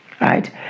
Right